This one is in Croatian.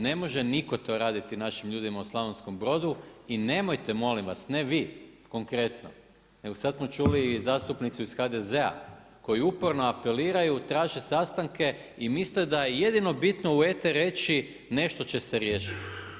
Ne može nitko to raditi našim ljudima u Slavonkom Brodu, i nemojte molim vas, ne vi konkretno, nego sad smo čuli zastupnicu iz HDZ-a koji uporno apeliraju, traže sastanke i misle da jedino bitno u eter reći nešto će se riješiti.